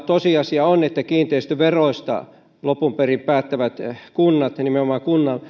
tosiasia on että kiinteistöveroista lopun perin päättävät kunnat nimenomaan